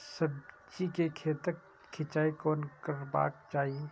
सब्जी के खेतक सिंचाई कोना करबाक चाहि?